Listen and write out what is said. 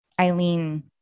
Eileen